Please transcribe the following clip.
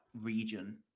region